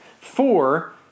four